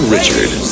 Richard